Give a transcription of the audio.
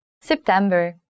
September